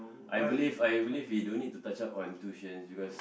I believe I believe we don't need to touch up on tuition because